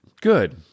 Good